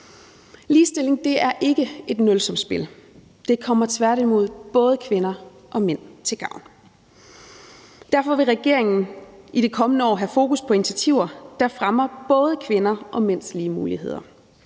Ligestilling er ikke et nulsumsspil, det kommer tværtimod både kvinder og mænd til gavn. Derfor vil regeringen i det kommende år have fokus på initiativer, der fremmer både kvinders og mænds lige muligheder.